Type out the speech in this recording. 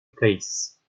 place